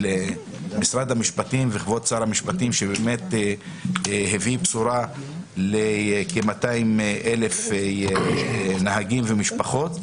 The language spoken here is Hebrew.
משרד המשפטים וכבוד שר המשפטים שהביא בשורה לכ-200,000 נהגים ומשפחות.